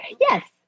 yes